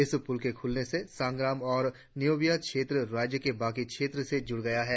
इस पुल के खुलने से संग्राम और नयोबिया क्षेत्र राज्य के बाकी क्षेत्र से जुड़ गया है